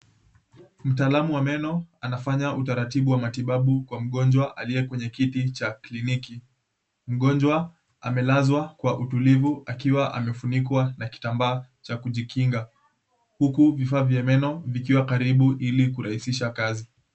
Mtaalamu wa meno anafanya utaratibu wa matibabu kwa mgonjwa aliye kwenye kiti cha kliniki. Mgonjwa amelazwa kwa utulivu akiwa amefunikwa na kitambaa cha kujikinga, huku vifaa vya meno vikiwa karibu ili kurahisisha kazi.